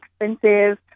expensive